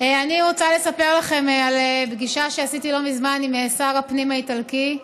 אני רוצה לספר לכם על פגישה שעשיתי לא מזמן עם שר הפנים האיטלקי,